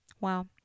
Wow